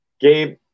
Gabe